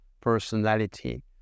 personality